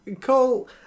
Cole